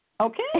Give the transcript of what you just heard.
Okay